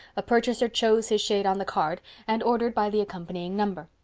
a purchaser chose his shade on the card and ordered by the accompanying number.